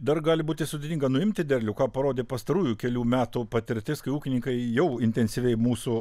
dar gali būti sudėtinga nuimti derlių ką parodė pastarųjų kelių metų patirtis kai ūkininkai jau intensyviai mūsų